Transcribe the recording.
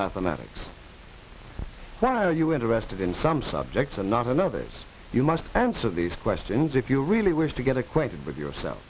mathematics that are you interested in some subjects and not another you must answer these questions if you really wish to get acquainted with yourself